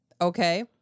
okay